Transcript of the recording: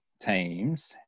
teams